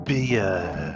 Beer